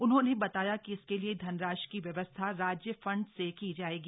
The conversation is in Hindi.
उन्होंने बताया कि इसके लिए धनराशि की व्यवस्था राज्य फंड से की जायेगी